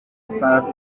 safi